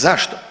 Zašto?